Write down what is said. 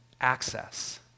access